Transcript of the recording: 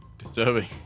Disturbing